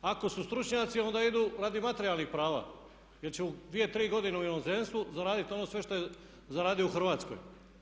Ako su stručnjaci onda idu radi materijalnih prava, jer će dvije, tri godine u inozemstvu zaraditi ono sve što je zaradio u Hrvatskoj.